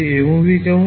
MOV কেমন